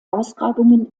ausgrabungen